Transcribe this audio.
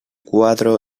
cuadro